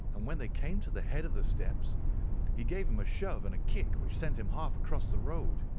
and when they came to the head of the steps he gave him a shove and a kick which sent him half across the road.